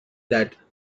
that